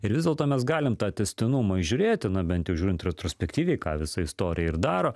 ir vis dėlto mes galim tą tęstinumą įžiūrėti na bent jau žiūrint retrospektyviai ką visa istorija ir daro